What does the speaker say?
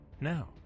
Now